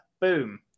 boom